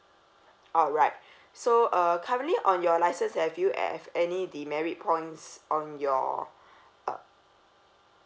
alright so uh currently on your license have you have any demerit points on your uh